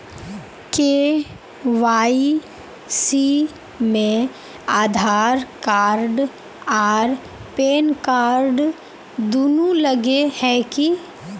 KYC में Aadhaar card आर PAN card दुनू लगे है की?